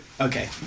Okay